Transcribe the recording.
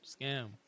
scam